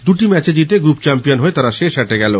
দুটি ম্যাচে জিতে গ্রুপ চ্যাম্পিয়ন হয়ে তারা শেষ আটে গেল